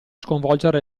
sconvolgere